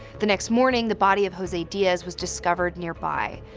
the next morning, the body of jose diaz was discovered nearby.